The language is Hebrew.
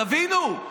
תבינו,